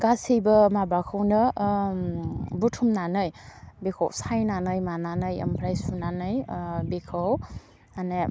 गासैबो माबाखौनो बुथुमनानै बिखौ सायनानै मानानै ओमफ्राय सुनानै बेखौ माने